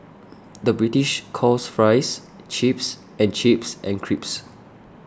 the British calls Fries Chips and chips and crisps